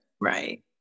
Right